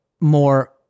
more